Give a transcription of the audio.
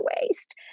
waste